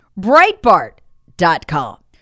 Breitbart.com